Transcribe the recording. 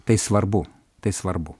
tai svarbu tai svarbu